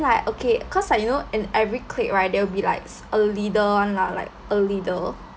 like okay cause like you know in every clique right there will be like s~ leader [one] lah like a leader